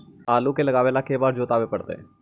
आलू के लगाने ल के बारे जोताबे पड़तै?